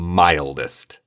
mildest